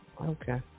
Okay